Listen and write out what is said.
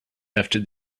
after